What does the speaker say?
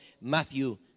Matthew